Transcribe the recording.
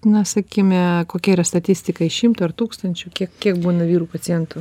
na sakykime kokia yra statistika iš šimto ar tūkstančių kiek kiek būna vyrų pacientų